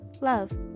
love